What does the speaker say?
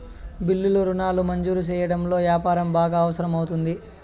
బిల్లులు రుణాలు మంజూరు సెయ్యడంలో యాపారం బాగా అవసరం అవుతుంది